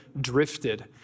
drifted